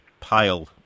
pale